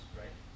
right